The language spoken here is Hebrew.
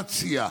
בישיבת סיעה,